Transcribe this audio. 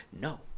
no